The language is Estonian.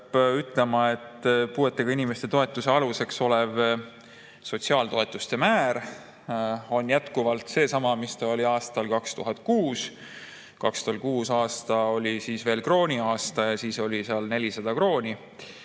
ütlema, et puuetega inimeste toetuse aluseks olev sotsiaaltoetuste määr on jätkuvalt seesama, mis ta oli aastal 2006. Aasta 2006 oli veel krooni aasta ja siis oli see 400 krooni,